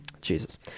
jesus